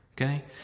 okay